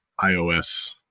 iOS